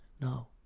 No